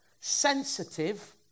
sensitive